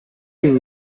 bin